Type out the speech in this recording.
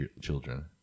children